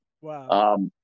Wow